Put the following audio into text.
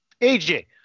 AJ